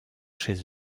chez